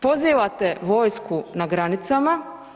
Pozivate vojsku na granicama.